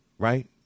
Right